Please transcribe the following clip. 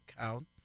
Count